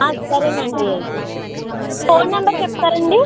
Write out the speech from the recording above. ఆ సరే అండి అయితే ఫోన్ నెంబర్ చెప్తారా అండి